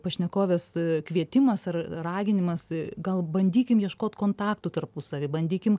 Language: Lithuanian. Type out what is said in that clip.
pašnekovės kvietimas ar raginimas gal bandykim ieškot kontaktų tarpusavy bandykim